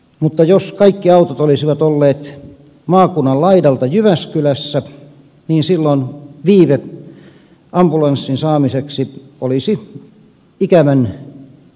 mutta jos kaikki autot olisivat olleet maakunnan laidalta jyväskylässä niin silloin viive ambulanssin saamiseksi olisi ikävän pitkä